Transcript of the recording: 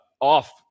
off